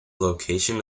location